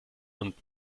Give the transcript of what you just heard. und